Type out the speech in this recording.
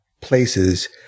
places